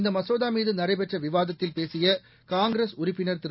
இந்த மசோதா மீது நடைபெற்ற விவாதத்தில் பேசிய காங்கிரஸ் உறுப்பினர் திரு